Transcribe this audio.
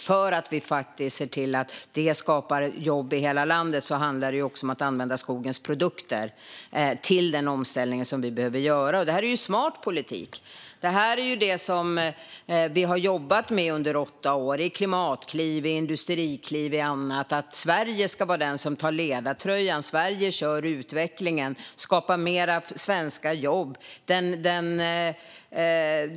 För att vi ska se till att det skapar jobb i hela landet handlar det också om att använda skogens produkter till den omställning som vi behöver göra. Det här är smart politik. Det här är det som vi har jobbat med under åtta år i klimatkliv, i industrikliv och i annat: Sverige ska vara den som tar ledartröjan. Sverige kör utvecklingen och skapar fler svenska jobb.